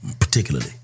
particularly